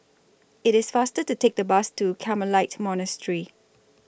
IT IS faster to Take The Bus to Carmelite Monastery